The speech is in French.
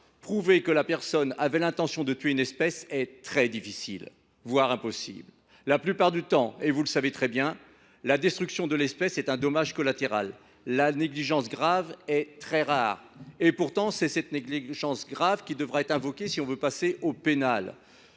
prouver que la personne avait l’intention de tuer une espèce est très difficile, voire impossible. La plupart du temps, vous le savez très bien également, la destruction de l’espèce est un dommage collatéral. La négligence grave est très rare ! Pourtant, c’est cette négligence grave qui devra être invoquée si l’on veut poursuivre au pénal.